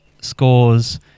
Scores